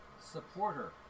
Supporter